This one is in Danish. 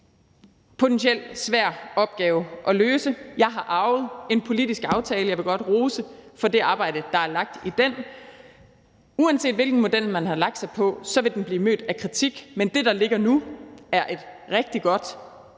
potentielt er en svær opgave at løse. Jeg har arvet en politisk aftale, og jeg vil godt rose for det arbejde, der er lagt i den. Uanset hvilken model man har lagt sig på, vil den blive mødt af kritik, men det, der ligger nu, er et rigtig godt